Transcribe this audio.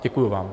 Děkuji vám.